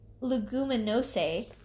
Leguminosae